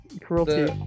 cruelty